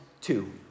two